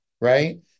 right